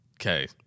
Okay